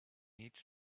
need